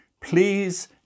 Please